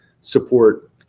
support